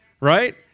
right